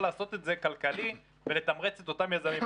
לעשות את זה כלכלי ולתמרץ את אותם יזמים.